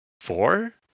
four